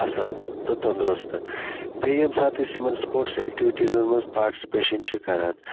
اصل تہٕ تَنٛدرُستہٕ بیٚیہِ ییٚمہِ ساتہٕ أسۍ یِمَن سپوٹس ایٚکٹِوِٹیٖزَن مَنٛز پاٹِسِپیشَن چھِ کَران